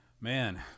Man